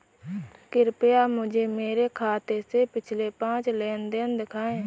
कृपया मुझे मेरे खाते से पिछले पांच लेन देन दिखाएं